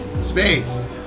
space